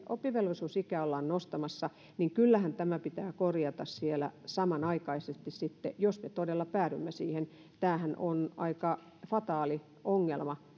oppivelvollisuusikää ollaan nostamassa kyllähän tämä pitää korjata siellä samanaikaisesti sitten jos me todella päädymme siihen tämä oppivelvollisuuden nostaminenhan on aika fataali ongelma